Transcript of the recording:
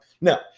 Now